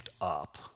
up